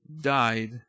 died